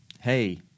hey